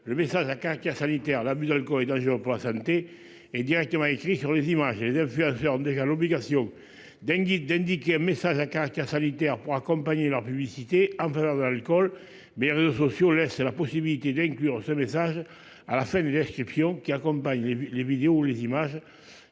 Le message à caractère sanitaire, l'abus d'alcool est dangereux pour la santé et directement écrit sur les images et les influenceurs déjà l'obligation d'un guide, indique un message à caractère sanitaire pour accompagner leurs publicité en faveur d'alcool mais sociaux laisse la possibilité d'inclure ce message à la fin d'une inscription qui accompagne les vidéos les images.